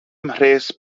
mhres